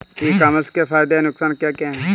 ई commerce के फायदे या नुकसान क्या क्या हैं?